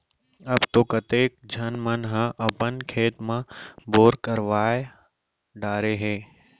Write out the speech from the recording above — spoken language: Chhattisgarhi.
अब तो कतेक झन मन ह अपन खेत म बोर करवा डारे हें